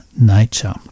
nature